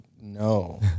No